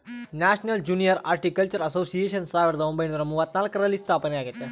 national junior horticultural association ಸಾವಿರದ ಒಂಬೈನುರ ಮೂವತ್ನಾಲ್ಕರಲ್ಲಿ ಸ್ಥಾಪನೆಯಾಗೆತೆ